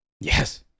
Yes